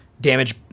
damage